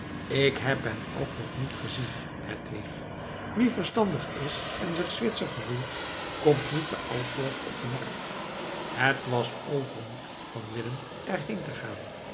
ik heb hem ook nog niet gezien hedwig wie verstandig is en zich zwitser gevoelt komt niet te altorf op de markt het was overmoed van willem er heen te gaan